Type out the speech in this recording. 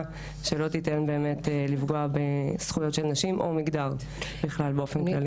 שלא תיתן לפגוע בזכויות של נשים או מגדר באופן כללי.